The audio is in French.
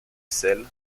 sels